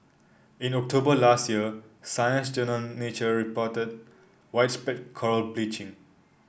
in October last year Science Journal Nature reported widespread coral bleaching